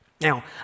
Now